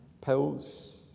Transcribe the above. pills